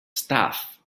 stuff